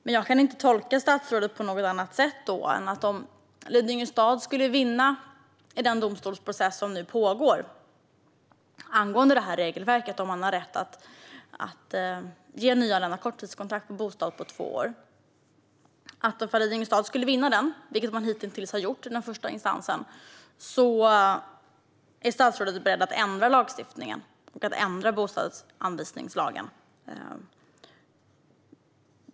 Men jag kan inte tolka statsrådet på något annat sätt än att om Lidingö stad skulle vinna i den domstolsprocess som nu pågår om detta regelverk, om man har rätt att ge nyanlända korttidskontrakt på en bostad på två år - man har vunnit i den första instansen - är statsrådet beredd att ändra lagstiftningen och att ändra bostadsanvisningslagen.